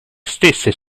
stesse